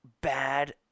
bad